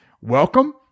welcome